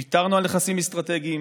ויתרנו על נכסים אסטרטגיים,